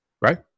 right